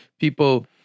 people